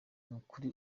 nukuri